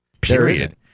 period